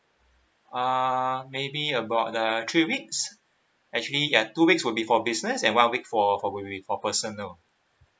err maybe about like three weeks actually uh two weeks will be for business and one week for for we~ for personal